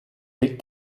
liegt